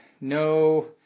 no